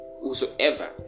whosoever